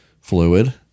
fluid